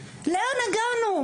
לאן הגענו?